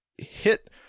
Hit